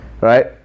right